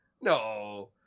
No